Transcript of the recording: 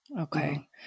Okay